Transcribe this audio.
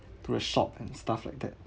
to the shop and stuff like that